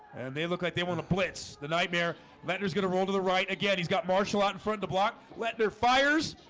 they look like they won the blitz the nightmare lenders gonna roll to the right again he's got marshall out in front the block let their fires